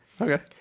Okay